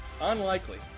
unlikely